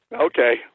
Okay